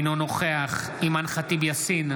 אינו נוכח אימאן ח'טיב יאסין,